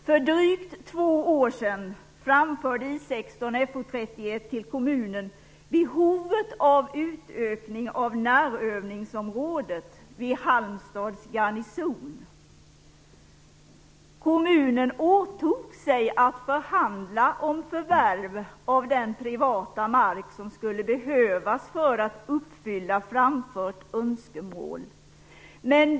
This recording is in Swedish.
För drygt två år sedan framförde I 16/FO 31 till kommunen behovet av utökning av närövningsområdet vid Halmstads garnison. Kommunen åtog sig att förhandla om förvärv av den privata mark som skulle behövas för att uppfylla det framförda önskemålet.